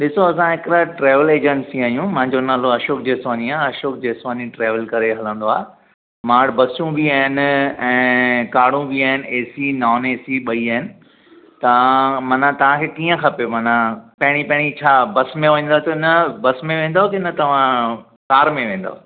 ॾिसो असां हिकिड़ा ट्रैवल एजंसी आहियूं मुंहिंजो नालो अशोक जेसवानी आहे अशोक जेसवानी ट्रेवल करे हलंदो आहे मूं वटि बसूं बि आहिनि ऐं कारूं बि आहिनि A C non A C ॿई आहिनि त माना तव्हांखे कीअं खपे माना पहिरीं पहिरीं छा बस में वेंदसि न बस में वेंदव की न तव्हां कार में वेंदव